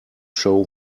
show